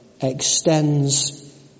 extends